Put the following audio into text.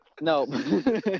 No